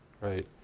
right